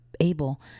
able